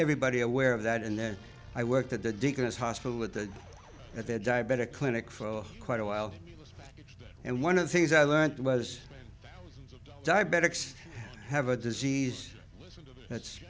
everybody aware of that and then i worked at the deaconess hospital at the at the diabetic clinic for quite a while and one of the things i learnt was diabetics have a disease that's